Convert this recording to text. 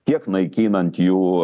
tiek naikinant jų